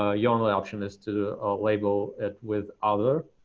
ah your only option is to label it with other